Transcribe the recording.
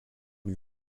lui